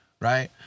right